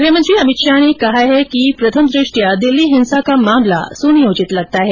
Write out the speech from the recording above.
गृहमंत्री अमित शाह ने कहा है कि प्रथम दृष्टया दिल्ली हिंसा का मामला सुनियोजित लगता है